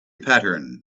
pattern